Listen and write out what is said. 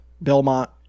Belmont